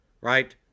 right